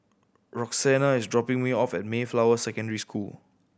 Roxanna is dropping me off at Mayflower Secondary School